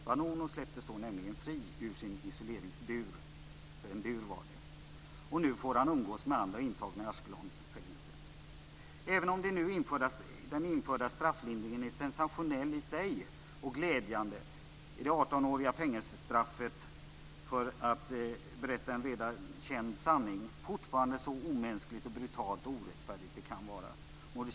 Vanunu släpptes nämligen fri ur sin isoleringsbur. Nu får han umgås med andra intagna i Ashkelonfängelset. Även om den nu införda strafflindringen är sensationell i sig och glädjande, är det 18-åriga fängelsestraffet för att berätta en redan känd sanning fortfarande så omänskligt, brutalt och orättfärdigt som det kan vara.